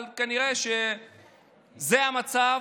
אבל כנראה שזה המצב.